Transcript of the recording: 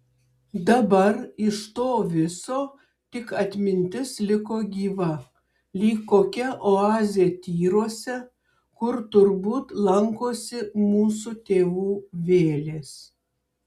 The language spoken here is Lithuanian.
dabar iš to viso tik atmintis liko gyva lyg kokia oazė tyruose kur turbūt lankosi mūsų tėvų vėlės